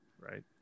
Right